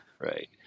right